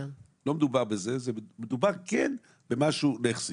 כן מדובר במשהו נחסי,